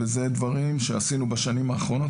אלה דברים שעשינו בשנים האחרונות,